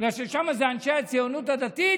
בגלל ששם זה אנשי הציונות הדתית?